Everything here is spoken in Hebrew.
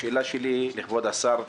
השאלה שלי לכבוד השר היא: